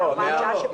זו הוראת שעה שפקעה.